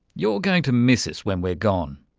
you're going to miss us when we're gone.